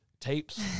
tapes